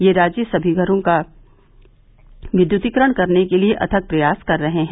ये राज्य सभी घरों का विद्युतीकरण करने के लिए अथक प्रयास कर रहे हैं